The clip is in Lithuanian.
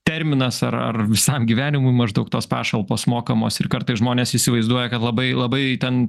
terminas ar ar visam gyvenimui maždaug tos pašalpos mokamos ir kartais žmonės įsivaizduoja kad labai labai ten